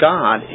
God